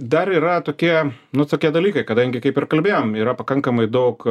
dar yra tokie nu tokie dalykai kadangi kaip ir kalbėjom yra pakankamai daug